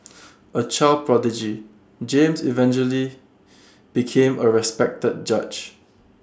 A child prodigy James eventually became A respected judge